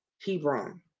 Hebron